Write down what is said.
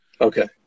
Okay